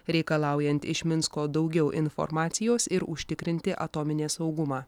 reikalaujant iš minsko daugiau informacijos ir užtikrinti atominės saugumą